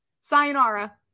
sayonara